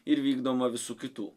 ir vykdoma visų kitų